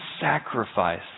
sacrifice